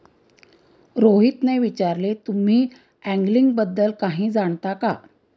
रोहितने विचारले, तुम्ही अँगलिंग बद्दल काही जाणता का?